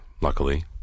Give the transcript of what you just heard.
Luckily